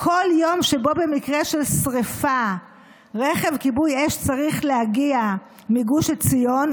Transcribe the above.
כל יום שבו במקרה של שרפה רכב כיבוי אש צריך להגיע מגוש עציון,